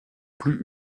plus